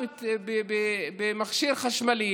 של הסגר הנוכחי.